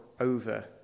over